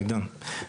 תראה עידן,